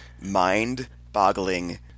mind-boggling